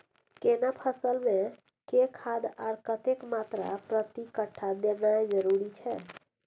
केना फसल मे के खाद आर कतेक मात्रा प्रति कट्ठा देनाय जरूरी छै?